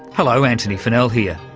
hello, antony funnell here.